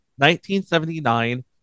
1979